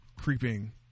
creeping